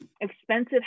expensive